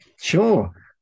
sure